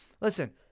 Listen